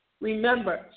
Remember